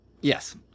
yes